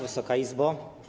Wysoka Izbo!